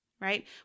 right